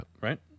Right